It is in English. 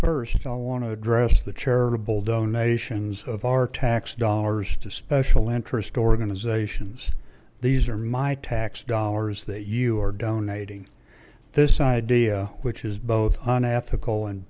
first i want to address the charitable donations of our tax dollars to special interest organizations these are my tax dollars that you are donating this idea which is both an ethical and